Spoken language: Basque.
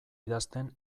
idazten